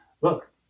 look